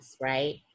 right